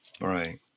right